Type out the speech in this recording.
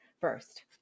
first